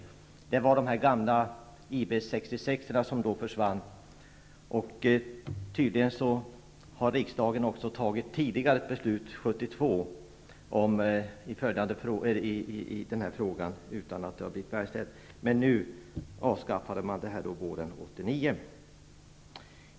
Beslutet innebar att de gamla IB 66 avskaffades. Tydligen hade riksdagen tidigare, 1972, fattat beslut i den frågan utan att beslutet blivit verkställt.